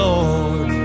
Lord